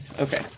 Okay